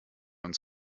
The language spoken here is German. uns